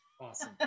Awesome